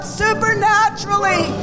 supernaturally